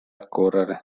correre